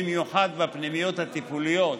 במיוחד בפנימיות הטיפוליות,